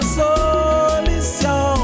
solution